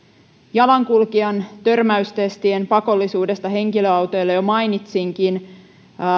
jalankulkijan törmäystestien pakollisuudesta henkilöautoille jo mainitsinkin